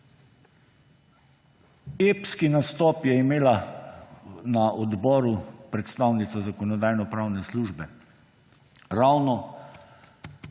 Epski nastop je imela na odboru predstavnica Zakonodajno-pravne službe ravno